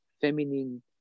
feminine